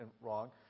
wrong